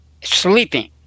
sleeping